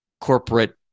corporate